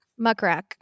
Muckrack